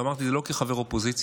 ואמרתי את זה לא כחבר אופוזיציה,